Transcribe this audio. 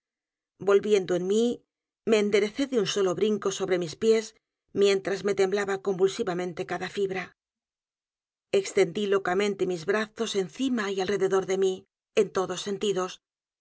volviendo en mí me enderecé de un solo brinco sobre mis pies mientras me temblaba convulsivamente cada fibra extendí locamente mis brazos encima y alrededor de mí en todos sentidos